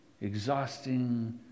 exhausting